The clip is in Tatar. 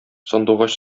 сандугач